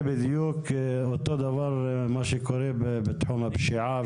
אותו הדבר בתחום הפשיעה